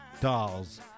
dolls